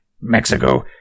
Mexico